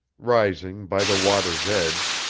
rising by the water's edge,